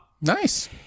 Nice